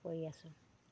কৰি আছোঁ